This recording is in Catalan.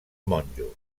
monjos